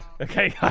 Okay